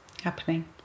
happening